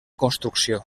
construcció